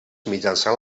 mitjançant